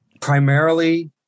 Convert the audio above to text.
Primarily